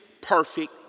perfect